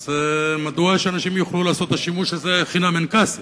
אז מדוע שאנשים יוכלו לעשות את השימוש הזה חינם אין כסף?